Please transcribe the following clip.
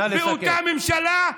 באותה ממשלה,